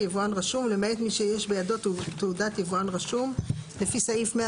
"יבואן רשום" - למעט מי שיש בידו תעודת יבואן רשום לפי סעיף 105,